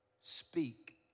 Speak